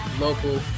Local